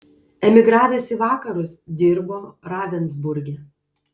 emigravęs į vakarus dirbo ravensburge